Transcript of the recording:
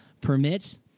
permits